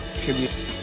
tribute